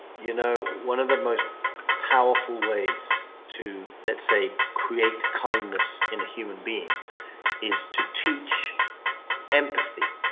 you know one of the most powerful ways to, let's say, create kindness in a human being is to teach empathy.